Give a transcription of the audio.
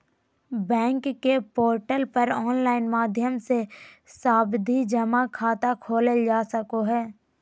bank के portal पर online माध्यम से सावधि जमा खाता खोलल जा सको हय